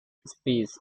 speech